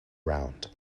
round